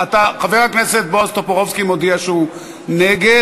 חבר הכנסת בועז טופורובסקי מודיע שהוא נגד.